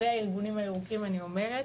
לארגונים הירוקים אני אומרת,